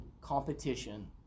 competition